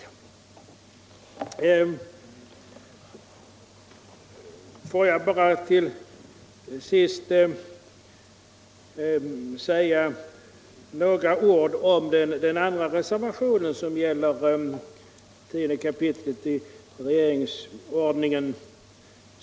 Får jag bara till sist säga några ord om den andra reservationen, som gäller 4 kap. i riksdagsordningen.